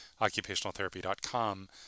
occupationaltherapy.com